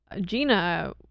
Gina